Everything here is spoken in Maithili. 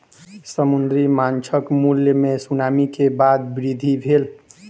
समुद्री माँछक मूल्य मे सुनामी के बाद वृद्धि भेल